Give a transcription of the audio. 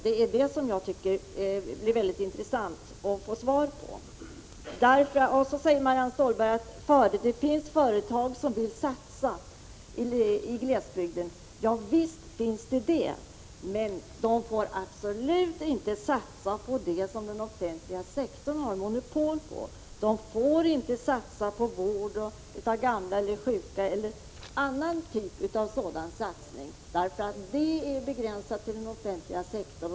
Det tycker jag skall bli mycket intressant att få svar på. Marianne Stålberg säger att det finns företag som vill satsa i glesbygden. Ja, visst finns det det! Men de får absolut inte satsa på det som den offentliga sektorn har monopol på. De får inte satsa på t.ex. vård av gamla eller sjuka, därför att det är begränsat till den offentliga sektorn.